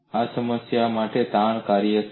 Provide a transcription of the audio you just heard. અને આ સમસ્યા માટે તાણ કાર્ય શું છે